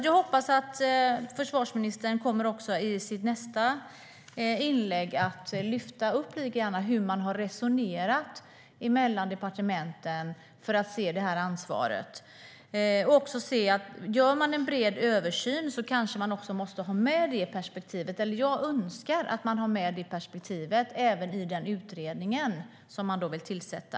Jag hoppas att försvarsministern i sitt nästa inlägg berättar lite grann hur ni har resonerat mellan departementen när det gäller det här ansvaret. Jag önskar att man har med detta perspektiv även i den utredning som man vill tillsätta.